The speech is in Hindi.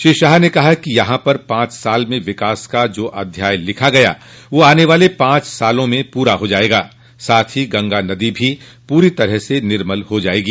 श्री शाह ने कहा कि यहां पर पांच साल में विकास का जो अध्याय लिखा गया है वह आने वाले पांच साल में पूरा हो जायेगा साथ ही गंगा नदी भी पूरी तरह से निर्मल हो जायेगी